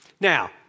Now